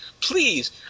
please